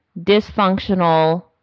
dysfunctional